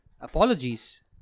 Apologies